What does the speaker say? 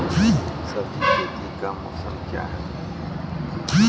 सब्जी खेती का मौसम क्या हैं?